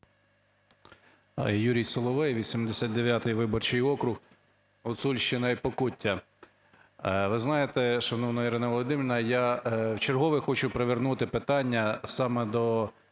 Юрій Соловей, 89 виборчий округ, Гуцульщина і Покуття. Ви знаєте, шановна Ірино Володимирівно, я вчергове хочу привернути питання саме до